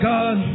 God